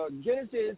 Genesis